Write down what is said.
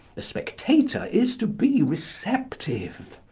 the spectator is to be receptive.